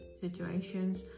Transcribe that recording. situations